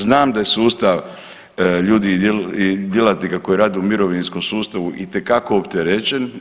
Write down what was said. Znam da je sustav ljudi i djelatnika koji rade u mirovinskom sustavu itekako opterećen.